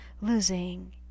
losing